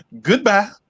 Goodbye